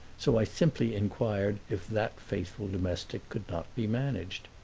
so i simply inquired if that faithful domestic could not be managed.